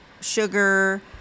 sugar